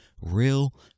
real